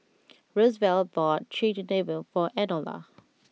Roosevelt bought Chigenabe for Enola